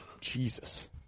Jesus